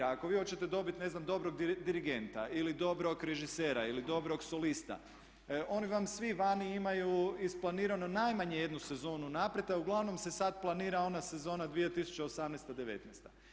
Ako vi hoćete dobiti ne znam dobrog dirigenta ili dobrog režisera ili dobrog solista oni vam svi vani imaju isplanirano najmanje jednu sezonu unaprijed, a uglavnom se sad planira ona sezona 2018.-2019.